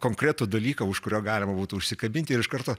konkretų dalyką už kurio galima būtų užsikabinti ir iš karto